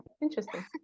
interesting